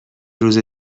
روز